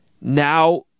Now